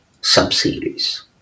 sub-series